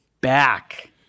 back